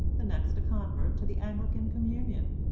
the next a convert to the anglican communion.